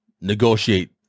negotiate